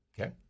Okay